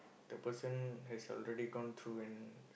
the person has already gone through and